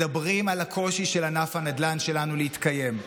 מדברים על הקושי של ענף הנדל"ן שלנו להתקיים.